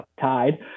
tied